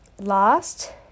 Last